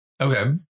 Okay